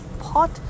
pot